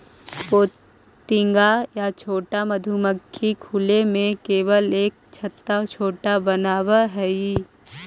पोतिंगा या छोटा मधुमक्खी खुले में केवल एक छत्ता छोटा बनावऽ हइ